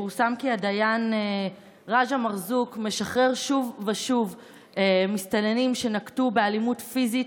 פורסם כי הדיין רג'א מרזוק משחרר שוב ושוב מסתננים שנקטו אלימות פיזית,